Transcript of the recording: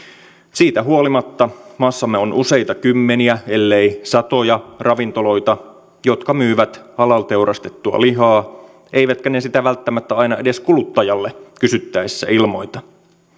siitä huolimatta maassamme on useita kymmeniä ellei satoja ravintoloita jotka myyvät halal teurastettua lihaa eivätkä ne sitä välttämättä aina edes kuluttajalle kysyttäessä ilmoita